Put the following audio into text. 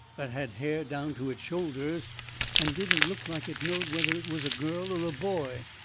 that had hair down to its shoulders and didn't look like it knowed whether it was a girl or a boy.